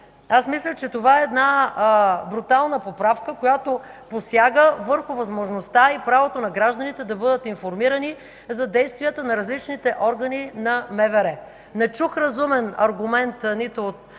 Аз мисля, че това е брутална поправка, която посяга на възможността и правото на гражданите да бъдат информирани за действията на различните органи на МВР. Не чух разумен аргумент нито от